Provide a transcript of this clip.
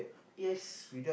yes